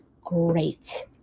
great